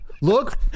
Look